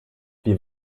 wir